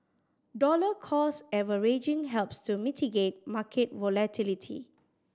dollar cost averaging helps to mitigate market volatility